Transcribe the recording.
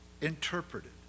interpreted